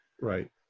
right